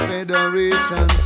Federation